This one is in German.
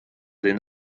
den